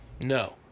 No